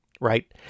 right